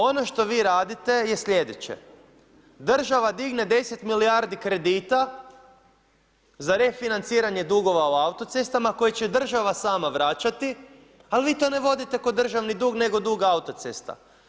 Ono što vi radite je slijedeće, država digne 10 milijardi kredita, za refinanciranje dugova u autocestama, koje će država sama vraćati, ali vi to ne vodite kao državni dug, nego dug autocesta.